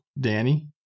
Danny